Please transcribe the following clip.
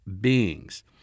beings